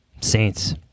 Saints